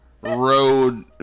Road